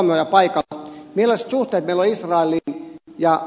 millaiset suhteet meillä on israeliin